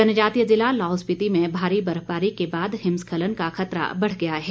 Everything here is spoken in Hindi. जनजातीय ज़िला लाहौल स्पिति में भारी बर्फबारी के बाद हिमस्खलन का खतरा बढ़ गया है